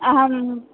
अहम्